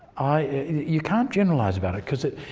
you can't generalise about it because it,